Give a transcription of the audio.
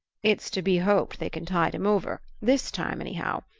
it's to be hoped they can tide him over this time anyhow.